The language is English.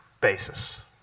basis